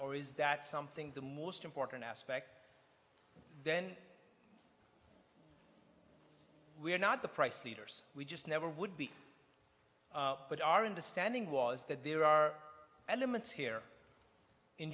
or is that something the most important aspect then we're not the price leaders we just never would be but our understanding was that there are elements here in